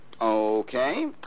Okay